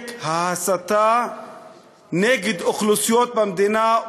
עומק ההסתה נגד אוכלוסיות במדינה,